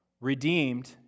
redeemed